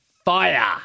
Fire